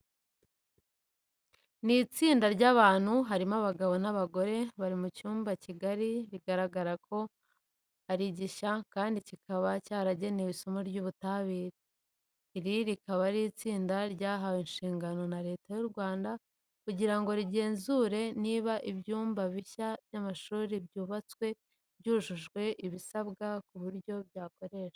Ni itsinda ry'abantu harimo abagabo n'abagore, bari mu cyumba kigari bigaragara ko ari ginshya kandi kikaba cyaragenewe isomo ry'Ubutabire. Iri rikaba ari itsinda ryahawe inshingano na Leta y'u Rwanda kuguri ngo rigenzure niba ibyumba bishya by'amashuri byubatswe byujuje ibisabwa ku buryo byakoreshwa.